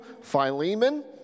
Philemon